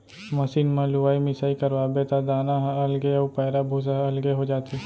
machine म लुवाई मिसाई करवाबे त दाना ह अलगे अउ पैरा भूसा ह अलगे हो जाथे